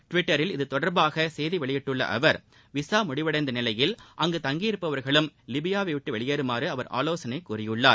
டிவிட்டரில் இது தொடர்பாக செய்தி வெளியிட்டுள்ள அவர் விசா முடிவடைந்த நிலையில் அங்கு தங்கியிருப்பவர்களும் லிபிபாவை விட்டு வெளியேறமாறு அவர் ஆலோசனை கூறியுள்ளார்